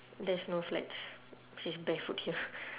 there's no flats she's barefoot here